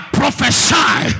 prophesy